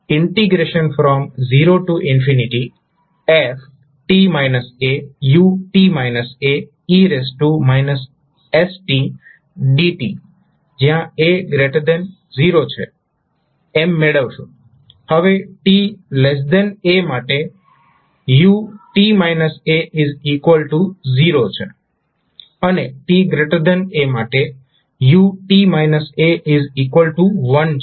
હવે t a માટે u t − a 0 છે અને t a માટે u t − a 1 છે